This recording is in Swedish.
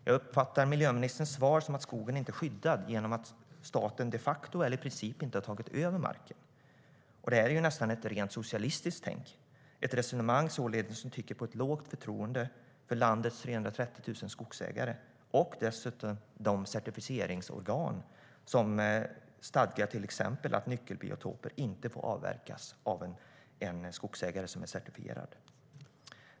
Jag uppfattar miljöministerns svar som att skogen inte är skyddad genom att staten de facto eller i princip inte har tagit över marken. Det är nästan ett rent socialistiskt tänk, ett resonemang som tyder på ett lågt förtroende för landets 330 000 skogsägare och för de certifieringsorgan som till exempel stadgar att nyckelbiotoper inte får avverkas av en skogsägare som är certifierad.